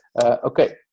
Okay